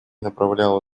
направляла